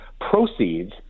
proceeds